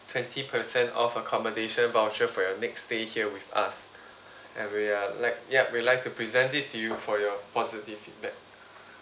twenty percent off accommodation voucher for your next stay here with us and we are like ya we like to present it to you for your positive feedback